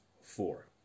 four